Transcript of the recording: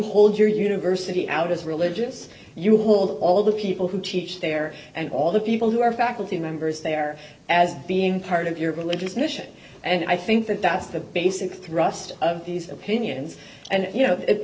hold your university out as religious you hold all the people who teach there and all the people who are faculty members there as being part of your religious mission and i think that that's the basic thrust of these opinions and you know it